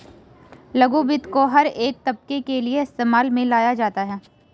लघु वित्त को हर एक तबके के लिये इस्तेमाल में लाया जाता है